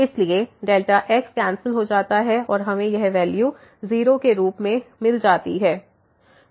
इसलिए x cancel हो जाता है और हमें यह वैल्यू 0 के रूप में मिलेगा